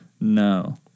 No